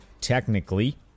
technically